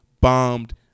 bombed